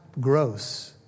gross